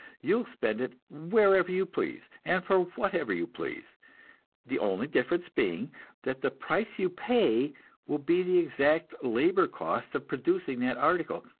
you will spend it wherever you please, and for whatever you please the only difference being that the price you pay will be the exact labor-cost of producing that article,